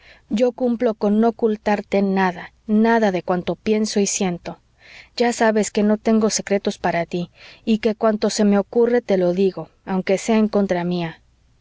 yo cumplo con no ocultarte nada nada de cuanto pienso y siento ya sabes que no tengo secretos para ti y que cuanto se me ocurre te lo digo aunque sea en contra mía